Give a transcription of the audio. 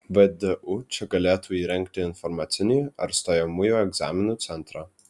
vdu čia galėtų įrengti informacinį ar stojamųjų egzaminų centrą